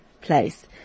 place